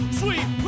sweet